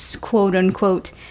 quote-unquote